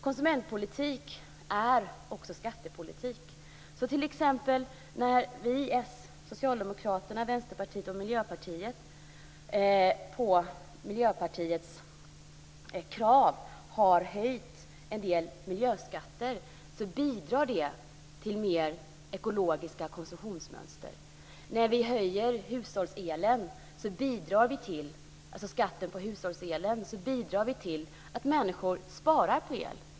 Konsumentpolitik är också skattepolitik. När t.ex. Socialdemokraterna, Vänsterpartiet och Miljöpartiet i enlighet med Miljöpartiets krav har höjt en del miljöskatter bidrar det till mer ekologiska konsumtionsmönster. När vi höjer skatten på hushållsel bidrar vi till att människor spar el.